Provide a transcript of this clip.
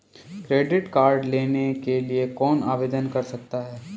Credit card लेने के लिए कौन आवेदन कर सकता है?